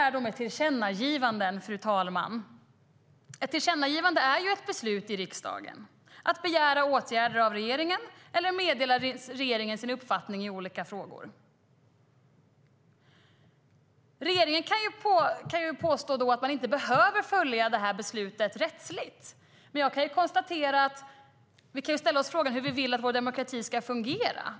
När det gäller tillkännagivanden, fru talman, är ju ett tillkännagivande ett beslut i riksdagen om att begära åtgärder av regeringen eller meddela regeringen sin uppfattning i olika frågor. Regeringen kan påstå att man inte rättsligt behöver följa beslutet, men vi kan ju ställa oss frågan hur vi vill att vår demokrati ska fungera.